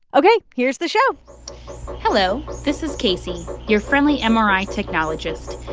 ok. here's the show hello. this is casey, your friendly mri technologist.